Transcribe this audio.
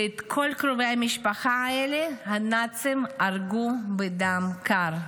ואת כל קרובי המשפחה האלה הנאצים הרגו בדם קר.